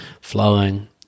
flowing